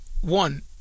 One